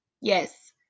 Yes